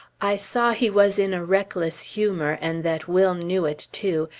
i saw he was in a reckless humor, and that will knew it, too,